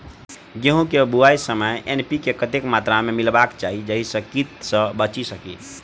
गेंहूँ केँ बुआई समय एन.पी.के कतेक मात्रा मे मिलायबाक चाहि जाहि सँ कीट सँ बचि सकी?